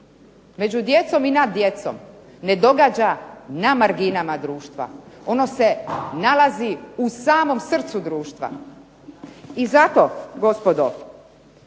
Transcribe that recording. među djecom i nad djecom ne događa na marginama društva. Ono se nalazi u samom srcu društva. I zato gospodo